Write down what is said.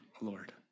Lord